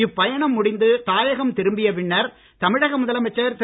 இப்பயணம் முடிந்து தாயகம் திரும்பிய பின்னர் தமிழக முதலமைச்சர் திரு